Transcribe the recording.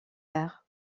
air